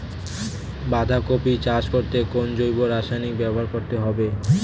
বাঁধাকপি চাষ করতে কোন জৈব রাসায়নিক ব্যবহার করতে হবে?